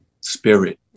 spirit